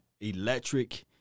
Electric